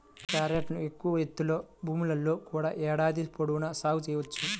క్యారెట్ను ఎక్కువ ఎత్తులో భూముల్లో కూడా ఏడాది పొడవునా సాగు చేయవచ్చు